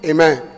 Amen